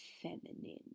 feminine